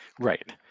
Right